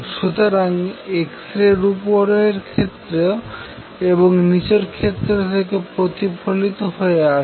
সুতরাং x রে উপরের ক্ষেত্র এবং নিচের ক্ষেত্র থেকে প্রতিফলিত হয়ে আসছে